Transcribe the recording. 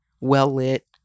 well-lit